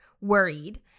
worried